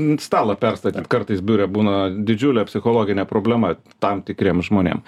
net stalą perstatyt kartais biure būna didžiulė psichologinė problema tam tikriem žmonėm